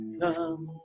come